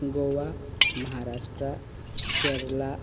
Goa Maharashtra Kerala